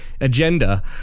agenda